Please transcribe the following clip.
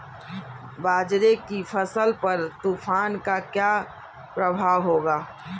बाजरे की फसल पर तूफान का क्या प्रभाव होगा?